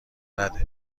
نده